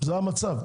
זה המצב.